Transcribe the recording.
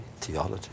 theology